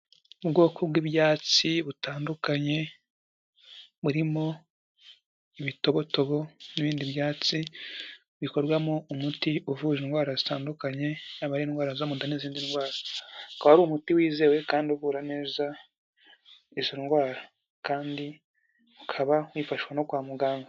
Ubwoko bw'ibyatsi butandukanye, burimo ibitobotobo n'ibindi byatsi, bikorwamo umuti uvura indwara zitandukanye, yaba ari indwara zo mu nda n'izindi ndwara, akaba ari umuti wizewe kandi uvura neza izo ndwara kandi ukaba wifashishwa no kwa muganga.